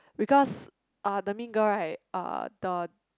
because uh the mean girl right uh the